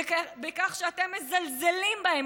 ובכך שאתם מזלזלים בהם,